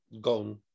gone